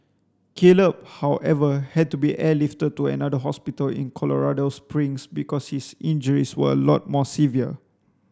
Caleb however had to be airlifted to another hospital in Colorado Springs because his injuries were a lot more severe